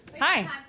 Hi